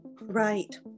right